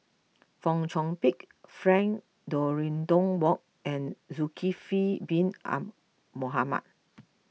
Fong Chong Pik Frank Dorrington Ward and Zulkifli Bin Mohamed